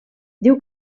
diu